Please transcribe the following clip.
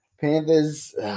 Panthers